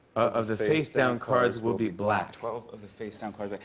of the facedown cards will be black. twelve of the facedown cards.